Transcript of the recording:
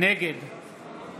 נגד